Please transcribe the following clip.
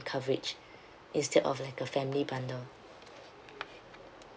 coverage instead of like a family bundle